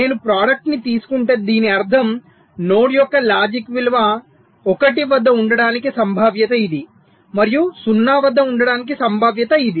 నేను ప్రాడక్టు ని తీసుకుంటే దీని అర్థం నోడ్ యొక్క లాజిక్ విలువ 1 వద్ద ఉండటానికి సంభావ్యత ఇది మరియు 0 వద్ద ఉండటానికి సంభావ్యత ఇది